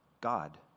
God